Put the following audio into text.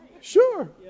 Sure